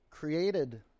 Created